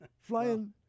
flying